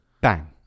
bang